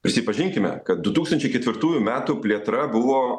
prisipažinkime kad du tūkstančiai ketvirtųjų metų plėtra buvo